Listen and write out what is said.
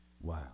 Wow